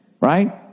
right